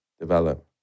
develop